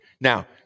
Now